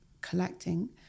collecting